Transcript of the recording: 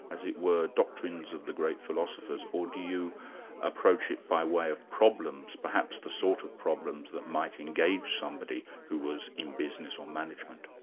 as it were, doctrines of the great philosophers, or do you approach it by way of problems perhaps the sort of problems that might engage somebody who was in business or management?